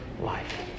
life